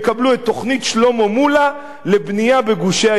שלמה מולה לבנייה בגושי ההתיישבות,